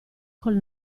col